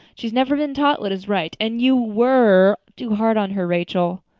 she's never been taught what is right. and you were too hard on her, rachel.